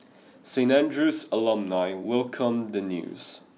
Saint Andrew's alumni welcomed the news